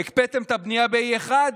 הקפאתם את הבנייה ב-E1?